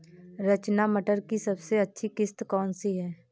रचना मटर की सबसे अच्छी किश्त कौन सी है?